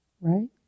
Right